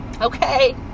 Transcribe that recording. okay